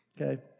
okay